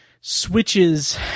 switches